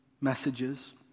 messages